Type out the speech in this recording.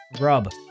Rub